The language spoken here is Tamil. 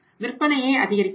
விற்பனையை அதிகரிக்க வேண்டும்